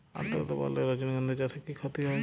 আদ্রর্তা বাড়লে রজনীগন্ধা চাষে কি ক্ষতি হয়?